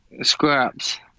scraps